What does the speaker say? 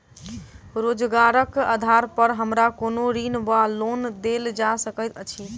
रोजगारक आधार पर हमरा कोनो ऋण वा लोन देल जा सकैत अछि?